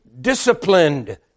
disciplined